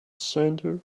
center